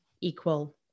equal